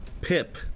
PIP